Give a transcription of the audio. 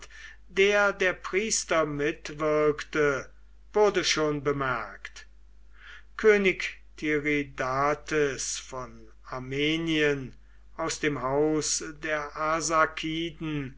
der der priester mitwirkte wurde schon bemerkt könig tiridates von armenien aus dem haus der